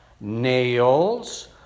nails